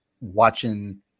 watching